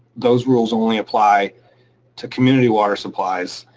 those rules only apply to community water supplies,